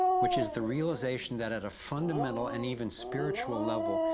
which is the realization that at a fundamental and even spiritual level,